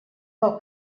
del